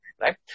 right